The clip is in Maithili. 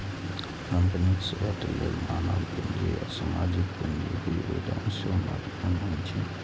कंपनीक सेहत लेल मानव पूंजी आ सामाजिक पूंजीक योगदान सेहो महत्वपूर्ण होइ छै